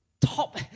top